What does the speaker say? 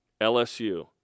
LSU